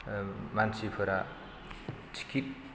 मानफोरा ticket